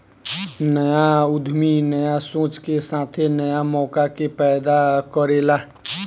न्या उद्यमी न्या सोच के साथे न्या मौका के पैदा करेला